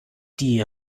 die